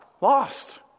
Lost